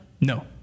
No